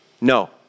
No